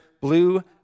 blue